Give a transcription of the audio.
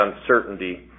uncertainty